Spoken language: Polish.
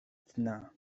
dna